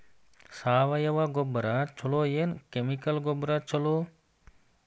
ಸಾವಯವ ಗೊಬ್ಬರ ಛಲೋ ಏನ್ ಕೆಮಿಕಲ್ ಗೊಬ್ಬರ ಛಲೋ?